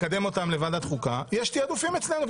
לקדם אותן לוועדת החוקה, יש תעדופים אצלנו.